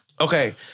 Okay